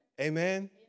Amen